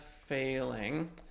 failing